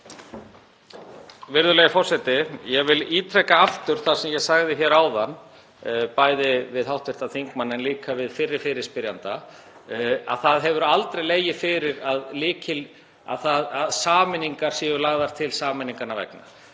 Virðulegi forseti. Ég vil ítreka aftur það sem ég sagði hér áðan, bæði við hv. þingmann en líka við fyrri fyrirspyrjanda, að það hefur aldrei legið fyrir að sameining sé lögð til sameiningarinnar vegna.